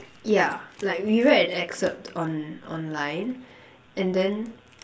ya like we read an excerpt on online and then